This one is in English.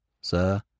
sir